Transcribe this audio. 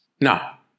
Now